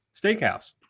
steakhouse